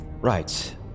Right